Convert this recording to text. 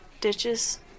Ditches